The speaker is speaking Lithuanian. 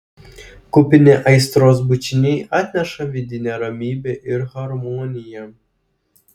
kupini aistros bučiniai atneša vidinę ramybę ir harmoniją